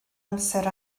amser